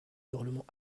hurlements